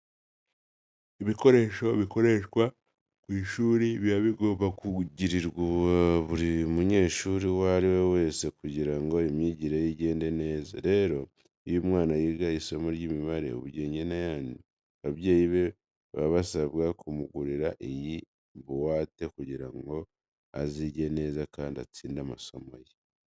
Ibikoresho bikoreshwa ku ishuri biba bigomba kugurirwa buri munyeshuri uwo ari we wese kugira ngo imyigire ye igende neza. Rero iyo umwana yiga isomo ry'imibare, ubugenge n'ayandi, ababyeyi be baba basabwa kumugurira iyi buwate kugira ngo azige neza kandi atsinde amasomo ye.